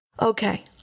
Okay